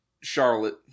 Charlotte